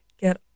get